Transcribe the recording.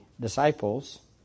disciples